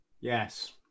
yes